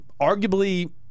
arguably